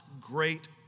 great